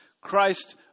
Christ